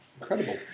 incredible